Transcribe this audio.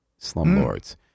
slumlords